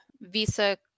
visa